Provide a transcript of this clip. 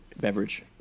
beverage